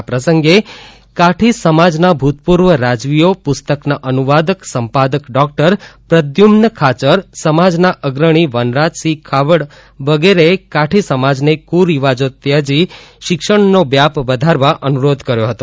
આ પ્રસંગે કાઠી સમાજના ભૂતપૂર્વ રાજવીઓ પુસ્તકના અનુવાદક સંપાદક ડોકટર પ્રદ્યુમન ખાચર સમાજના અગ્રણી વનરાજસિંહ ખાવડ વગેરેએ કાઠી સમાજને ક્રિવાજો ત્યજી શિક્ષણનો વ્યાપ વધારવા અનુરોધ કર્યો હતો